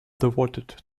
devoted